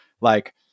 like-